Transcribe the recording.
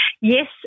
yes